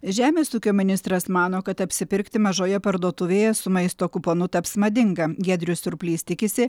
žemės ūkio ministras mano kad apsipirkti mažoje parduotuvėje su maisto kuponu taps madinga giedrius surplys tikisi